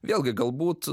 vėlgi galbūt